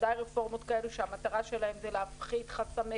בוודאי רפורמות כאלה שמטרתן להפחית חסמי